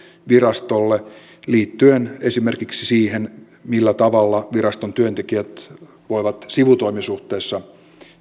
virastolle liittyen esimerkiksi siihen millä tavalla viraston työntekijät voivat sivutoimisuhteessa